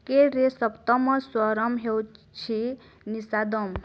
ସ୍କେଲ୍ରେ ସପ୍ତମ ସ୍ୱରମ୍ ହେଉଛି ନିଶାଦମ୍